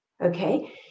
okay